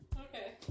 Okay